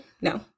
No